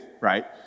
right